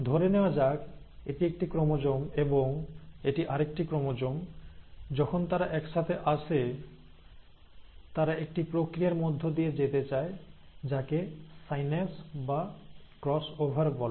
ধরে নেওয়া যাক এটি একটি ক্রোমোজোম এবং এটি আরেকটি ক্রোমোজোম যখন তারা একসাথে আসে তারা একটি প্রক্রিয়ার মধ্য দিয়ে যেতে চায় যাকে সাইন্যাপস বা ক্রস ওভার বলে